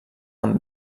amb